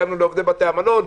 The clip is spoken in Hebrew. לעובדי בתי המלון,